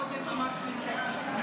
קודם אמרת "ממשלתית".